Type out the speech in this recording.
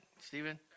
Stephen